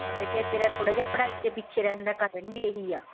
ਹਾਂ ਬੇਟੇ ਤੇਰਾ ਥੋੜ੍ਹਾ ਜਿਹਾ ਪੜ੍ਹਾਈ 'ਚ ਪਿੱਛੇ ਰਹਿਣ ਦਾ ਕਾਰਨ ਵੀ ਇਹੀ ਆ